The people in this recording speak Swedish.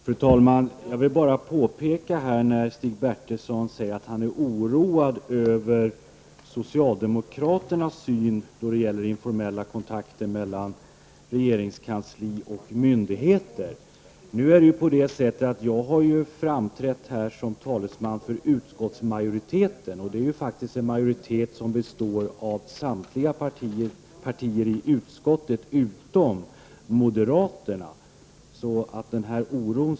Fru talman! Stig Bertilsson sade att han är oroad över socialdemokraternas syn när det gäller informella kontakter mellan regeringskansli och myndigheter. Jag vill då bara påpeka att jag här har framträtt som talesman för utskottsmajoriteten — en majoritet som består av representanter för samtliga partier i utskottet, utom moderaterna.